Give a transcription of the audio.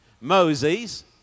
Moses